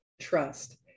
trust